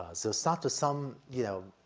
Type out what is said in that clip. ah so sought to some, you know,